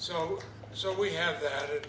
so so we have that